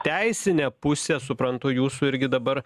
teisinė pusė suprantu jūsų irgi dabar